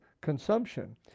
consumption